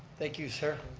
thank you, sir,